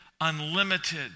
unlimited